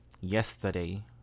yesterday